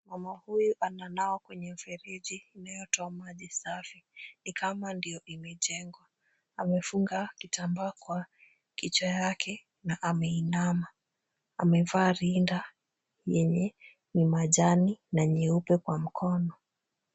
Mama huyu ananawa kwenye mfereji inayotoa maji safi ni kama ndio imejengwa. Amefunga kitambaa kwa kichwa yake na ameinama. Amevaa rinda yenye ni majani na nyeupe kwa mkono.